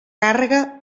càrrega